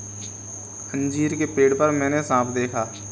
अंजीर के पेड़ पर मैंने साँप देखा